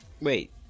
Wait